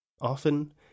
Often